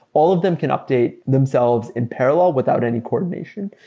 all of them can update themselves in parallel without any coordination,